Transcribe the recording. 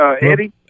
Eddie